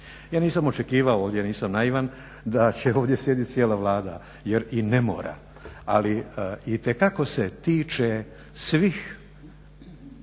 Ja nisam očekivao ovdje, nisam naivan, da će ovdje sjediti cijela Vlada jer i ne mora, ali itekako se tiče svih